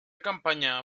campaña